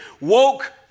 woke